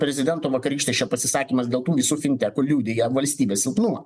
prezidento vakarykštis čia pasisakymas dėl tų visų fintekų liudija valstybės silpnumą